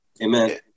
Amen